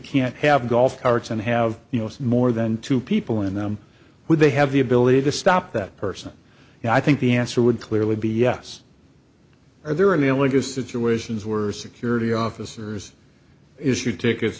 can't have golf carts and have you know more than two people in them would they have the ability to stop that person and i think the answer would clearly be yes are there any only just situations were security officers issued tickets